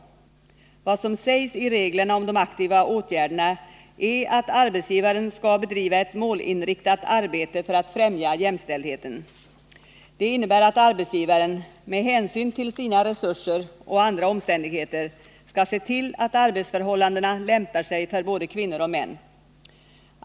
Vad som sägs i reglerna om de aktiva åtgärderna är att arbetsgivaren skall bedriva ett målinriktat arbete för att främja jämställdheten. Det innebär att arbetsgivaren — med hänsyn till sina resurser och andra omständigheter — skall se till att arbetsförhållandena lämpar sig för både kvinnor och män.